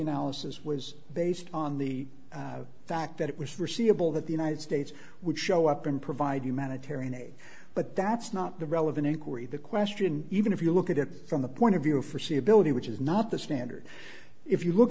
analysis was based on the fact that it was forseeable that the united states would show up and provide humanitarian aid but that's not the relevant inquiry the question even if you look at it from the point of view for see ability which is not the standard if you look